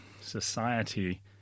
society